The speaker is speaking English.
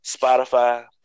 Spotify